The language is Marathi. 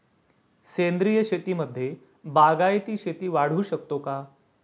सेंद्रिय शेतीमध्ये बागायती शेती वाढवू शकतो का?